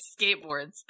skateboards